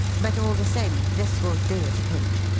but all the same, this will do at a pinch.